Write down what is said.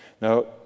Now